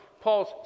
Paul's